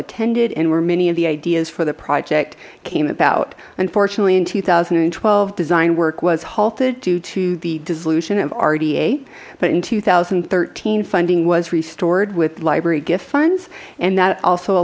attended and where many of the ideas for the project came about unfortunately in two thousand and twelve design work was halted due to the disillusion of rda but in two thousand and thirteen funding was restored with library gift funds and that also